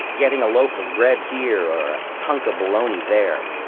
getting a loaf of bread here or a hunk of bologna there.